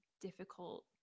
difficult